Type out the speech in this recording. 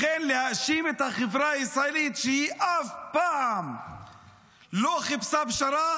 לכן להאשים את החברה הישראלית שהיא אף פעם לא חיפשה פשרה,